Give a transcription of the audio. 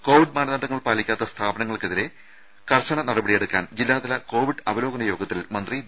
Covid മാനദണ്ഡങ്ങൾ പാലിക്കാത്ത സ്ഥാപനങ്ങൾക്കെതിരെ കർശന നടപടിയെടുക്കാൻ ജില്ലാതല കോവിഡ് അവലോകന യോഗത്തിൽ മന്ത്രി വി